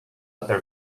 other